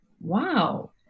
wow